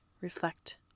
reflect